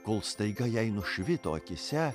kol staiga jai nušvito akyse